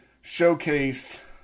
showcase